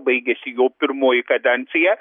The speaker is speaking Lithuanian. baigėsi jo pirmoji kadencija